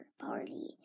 party